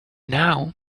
now